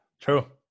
True